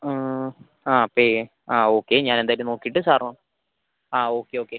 ആ പേ ആ ഓക്കെ ഞാൻ എന്തായാലും നോക്കിയിട്ട് സാറോ ആ ഓക്കെ ഓക്കെ